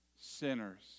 sinners